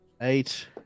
eight